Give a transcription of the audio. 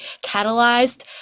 catalyzed